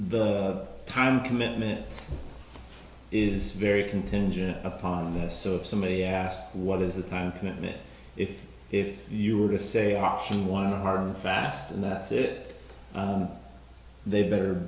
the time commitment is very contingent upon this so if somebody asks what is the time commitment if if you were to say option one harm fast and that's it they better